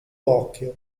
occhio